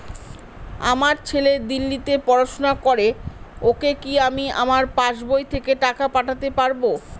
আমার ছেলে দিল্লীতে পড়াশোনা করে ওকে কি আমি আমার পাসবই থেকে টাকা পাঠাতে পারব?